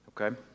Okay